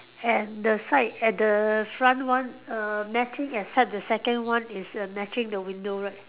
and the side at the front one err matching except the second one is err matching the window right